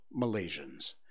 Malaysians